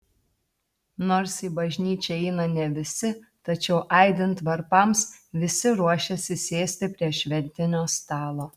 nors į bažnyčią eina ne visi tačiau aidint varpams visi ruošiasi sėsti prie šventinio stalo